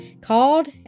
called